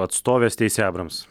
atstovė steisi ebrams